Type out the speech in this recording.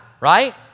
right